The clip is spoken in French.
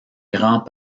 grands